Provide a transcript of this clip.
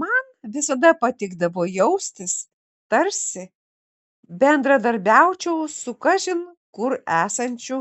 man visada patikdavo jaustis tarsi bendradarbiaučiau su kažin kur esančiu